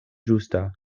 ĝusta